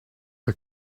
der